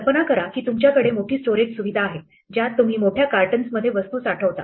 कल्पना करा की तुमच्या कडे मोठी स्टोरेज सुविधा आहे ज्यात तुम्ही मोठ्या कार्टन्स मध्ये वस्तू साठवता